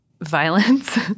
violence